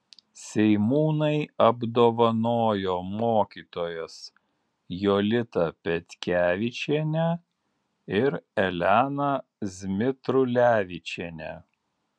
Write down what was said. seimūnai apdovanojo mokytojas jolitą petkevičienę ir eleną zmitrulevičienę